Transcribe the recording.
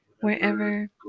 wherever